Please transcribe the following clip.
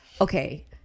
okay